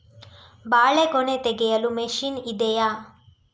ಬಾಳೆಗೊನೆ ತೆಗೆಯಲು ಮಷೀನ್ ಇದೆಯಾ?